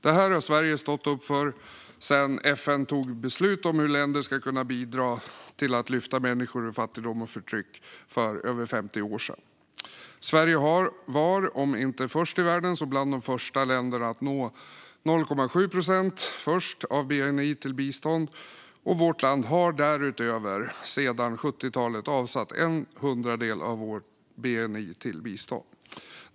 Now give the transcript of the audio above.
Det har Sverige stått upp för sedan FN för över 50 år sedan tog beslut om hur länder ska kunna bidra till att lyfta upp människor ur fattigdom och förtryck. Sverige var om inte först i världen så bland de första länderna att nå till att börja med 0,7 procent av bni till bistånd. Vårt land har sedan 70-talet avsatt en hundradel av vår bni till bistånd.